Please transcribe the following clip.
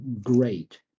great